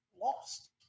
lost